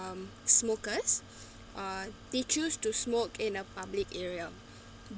um smokers uh they choose to smoke in a public area